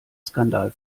skandal